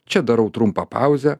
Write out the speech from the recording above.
čia darau trumpą pauzę